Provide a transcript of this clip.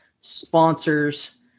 sponsors